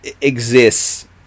exists